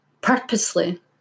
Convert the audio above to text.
Purposely